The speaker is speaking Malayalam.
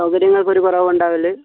സൗകര്യങ്ങൾക്ക് ഒരു കുറവും ഉണ്ടാവല്ല്